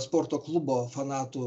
sporto klubo fanatų